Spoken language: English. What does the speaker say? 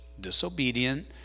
disobedient